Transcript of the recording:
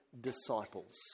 disciples